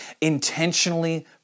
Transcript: Intentionally